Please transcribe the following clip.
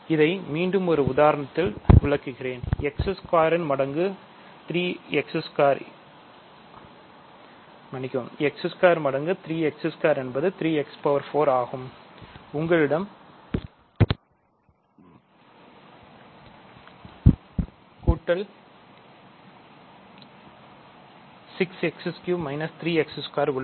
இதை மீண்டும் உதாரணத்தில் விவரிக்கிறேன் x2 மடங்கு 3 x2 என்பது 3 x4ஆகும் உங்களிடம் கூட்டல் 6 x3 3 x2 உள்ளது